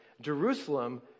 Jerusalem